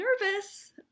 nervous